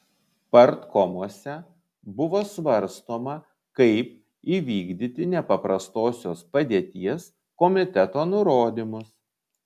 partkomuose buvo svarstoma kaip įvykdyti nepaprastosios padėties komiteto nurodymus